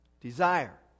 Desire